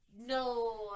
No